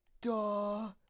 Duh